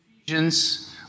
Ephesians